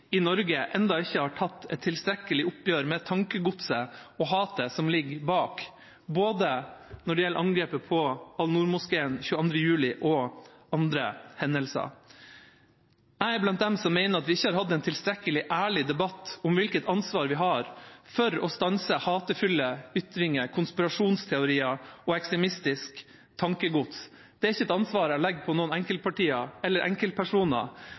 i Norge ennå ikke har tatt et tilstrekkelig oppgjør med tankegodset og hatet som ligger bak både angrepet på Al-Noor-moskeen, 22. juli og andre hendelser. Jeg er blant dem som mener at vi ikke har hatt en tilstrekkelig ærlig debatt om hvilket ansvar vi har for å stanse hatefulle ytringer, konspirasjonsteorier og ekstremistisk tankegods. Det er ikke et ansvar jeg legger på noen enkeltpartier eller enkeltpersoner,